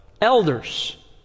Elders